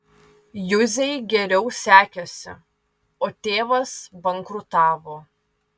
juzei geriau sekėsi o tėvas bankrutavo